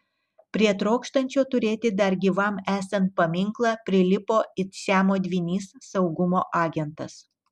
prie trokštančio turėti dar gyvam esant paminklą prilipo it siamo dvynys saugumo agentas